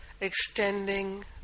Extending